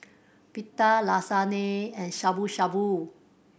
Pita Lasagne and Shabu Shabu